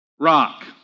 rock